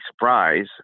surprise